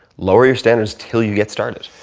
lower your standards until you get started.